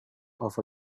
over